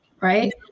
Right